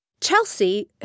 Chelsea